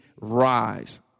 rise